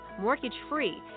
mortgage-free